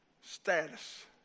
status